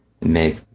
make